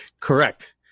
Correct